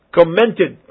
Commented